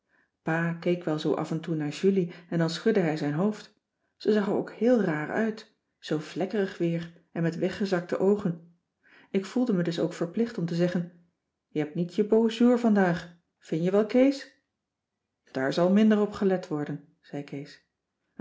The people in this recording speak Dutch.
pa keek wel zoo af en toe naar julie en dan schudde hij zijn hoofd ze zag er ook heel raar uit zoo vlekkerig weer en met weggezakte oogen ik voelde me dus ook verplicht om te zeggen je hebt niet je beau jour vandaag vin je wel kees daar zal minder op gelet worden zei kees